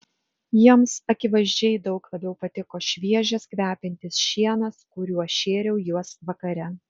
jiems akivaizdžiai daug labiau patiko šviežias kvepiantis šienas kuriuo šėriau juos vakare